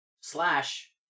Slash